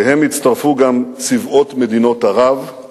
אליהם הצטרפו גם צבאות מדינות ערב,